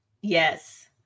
Yes